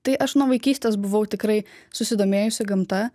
tai aš nuo vaikystės buvau tikrai susidomėjusi gamta